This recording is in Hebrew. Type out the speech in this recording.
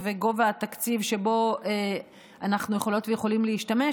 וגובה התקציב שבו אנחנו יכולות ויכולים להשתמש.